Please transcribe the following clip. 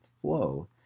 flow